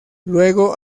luego